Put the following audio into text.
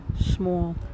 small